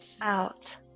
out